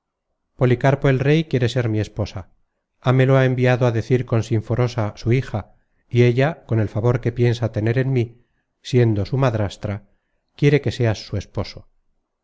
policarpo el rey quiere ser mi esposo hámelo enviado á decir con sinforosa su hija y ella con el favor que piensa tener en mí siendo su madrastra quiere que seas su esposo